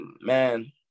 man